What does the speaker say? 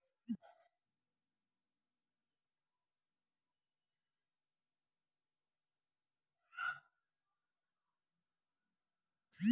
ಮೆಣಸಿನಕಾಯಿ ಬೆಳೆಯಲ್ಲಿ ಕಳೆ ತೆಗಿಯಾಕ ಯಾವ ಉಪಕರಣ ಬಳಸಬಹುದು?